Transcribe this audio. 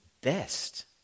best